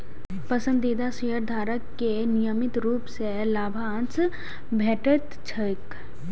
पसंदीदा शेयरधारक कें नियमित रूप सं लाभांश भेटैत छैक